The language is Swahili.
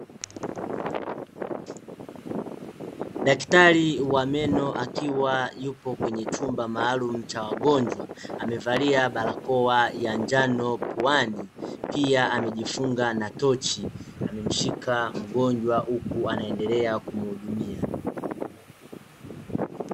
Daktari wa meno akiwa yupo kwenye chumba maalumu cha wagonjwa, amevalia barakoa ya njano puani pia amejifunga na tochi, amemshika mgonjwa huku anaendelea kumhudumia.